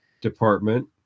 department